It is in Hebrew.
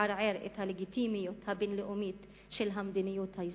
לערער את הלגיטימיות הבין-לאומית של המדיניות הישראלית.